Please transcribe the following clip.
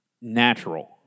natural